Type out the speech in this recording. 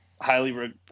highly